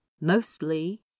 mostly